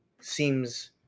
seems